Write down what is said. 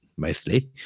mostly